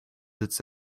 its